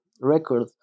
record